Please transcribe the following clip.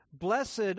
Blessed